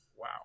Wow